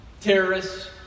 Terrorists